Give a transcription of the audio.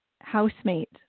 housemate